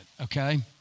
okay